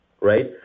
right